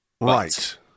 Right